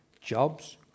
Jobs